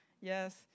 Yes